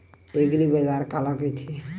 एग्रीबाजार काला कइथे?